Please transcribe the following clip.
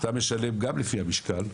אתה משלם גם לפי המשקל,